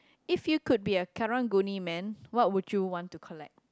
if you could be a Karang-Guni man what would you want to collect